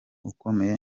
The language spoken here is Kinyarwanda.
ukomeye